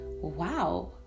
wow